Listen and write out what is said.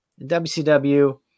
WCW